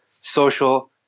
social